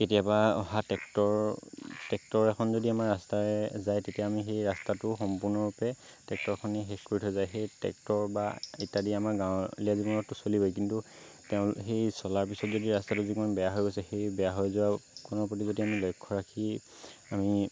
কেতিয়াবা অহা tractor tractor এখন যদি আমাৰ ৰাষ্টাৰে যায় তেতিয়া আমি সেই ৰাষ্টাটো সম্পূৰ্ণৰূপে ট্ৰেক্টৰখনে শেষ কৰি থৈ যায় সেই ট্ৰেক্টৰ বা ইত্য়াদি আমাৰ গাঁৱলীয়া জীৱনততো চলিবয়ে কিন্তু তেওঁ সেই চলাৰ পিছত যদি ৰাষ্টাতো যিকণ বেয়া হৈ গৈছে সেই বেয়া হৈ যোৱাকণৰ প্ৰতি যদি আমি লক্ষ্য় ৰাখি আমি